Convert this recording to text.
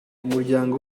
umuryango